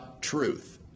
truth